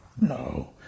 No